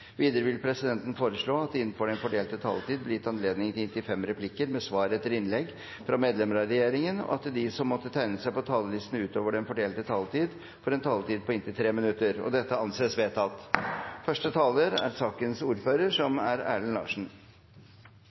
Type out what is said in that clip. Videre vil presidenten foreslå at det – innenfor den fordelte taletid – blir gitt anledning til inntil fem replikker med svar etter innlegg fra medlemmer av regjeringen, og at de som måtte tegne seg på talerlisten utover den fordelte taletid, får en taletid på inntil 3 minutter. – Det anses vedtatt. Det har vært lærerikt og interessant å være saksordfører for min første